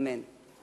אמן.